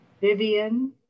Vivian